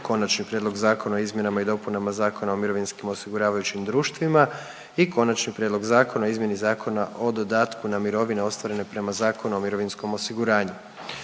Konačnom prijedlogu zakona o izmjenama i dopunama Zakona o mirovinskim osiguravajućim društvima, P.Z.E. br. 587. i Konačnom prijedlogu zakona o izmjeni Zakona o dodatku na mirovine ostvarene prema Zakonu o mirovinskom osiguranju,